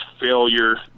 failure